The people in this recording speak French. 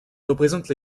représentent